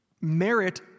merit